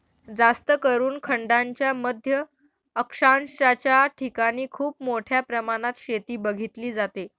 जास्तकरून खंडांच्या मध्य अक्षांशाच्या ठिकाणी खूप मोठ्या प्रमाणात शेती बघितली जाते